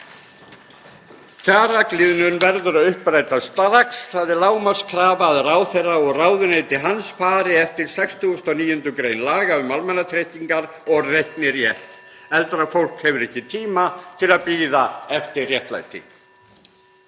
Kjaragliðnun verður að uppræta strax. Það er lágmarkskrafa að ráðherra og ráðuneyti hans fari eftir 69. gr. laga um almannatryggingar og reikni rétt. Eldra fólk hefur ekki tíma til að bíða eftir réttlæti.